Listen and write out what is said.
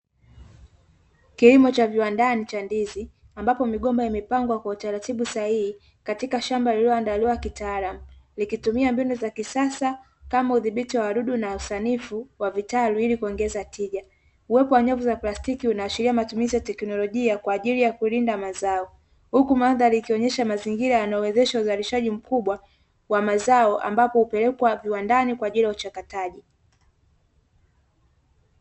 Kilimo cha viwandani cha ndizi, ambapo migomba imepangwa kwa utaratibu sahihi katika shamba lililoandaliwa kitaalamu, likitumia mbinu za kisasa kama udhibiti wa wadudu na usanifu wa vitalu, ili kuongeza tija. Uwepo wa nyavu za plastiki, unaashiria matumizi ya teknolojia kwa ajili ya kulinda mazao, huku mandhari ikionyesha mazingira yanayowezesha uzalishaji mkubwa wa mazao, ambapo hupelekwa viwandani kwa ajili ya uchakataji.